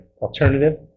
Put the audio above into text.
alternative